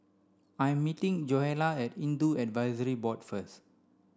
I'm meeting Joella at Hindu Advisory Board first